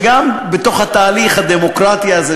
שגם בתוך התהליך הדמוקרטי הזה,